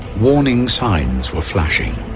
warning signs were flashing.